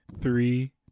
three